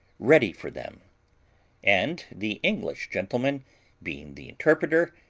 ready for them and the english gentleman being the interpreter,